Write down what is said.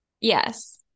Yes